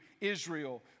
Israel